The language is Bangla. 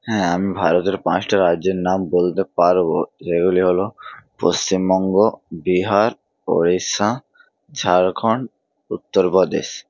হ্যাঁ আমি ভারতের পাঁচটা রাজ্যের নাম বলতে পারবো যেগুলি হলো পশ্চিমবঙ্গ বিহার ওড়িষ্যা ঝাড়খন্ড উত্তর প্রদেশ